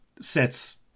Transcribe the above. sets